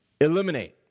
eliminate